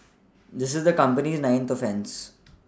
this is the company's ninth offence